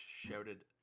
shouted